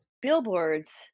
billboards